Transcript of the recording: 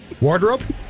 Wardrobe